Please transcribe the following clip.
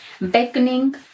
beckoning